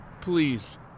Please